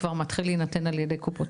בערך זה כבר מתחיל להינתן על ידי קופות